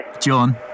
John